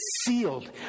sealed